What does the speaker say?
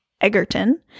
Egerton